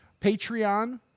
patreon